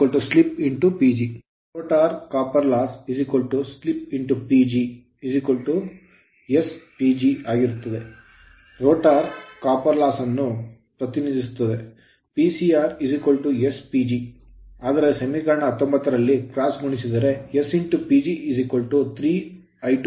Rotor copper loss rotor ತಾಮ್ರದ ನಷ್ಟ slip slip PG slip slip s ಆದ್ದರಿಂದ ಅದು sPG ಆಗಿರುತ್ತದೆ rotor copper loss ನ್ನು ರೋಟರ್ ತಾಮ್ರದ ನಷ್ಟವನ್ನು ಪ್ರತಿನಿಧಿಸುತ್ತದೆ Pcr s PG ಆದರೆ ಸಮೀಕರಣ 19 ರಲ್ಲಿ ಕ್ರಾಸ್ ಗುಣಿಸಿದರೆ s PG 3 I22 r2